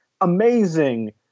amazing